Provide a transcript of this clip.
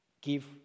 give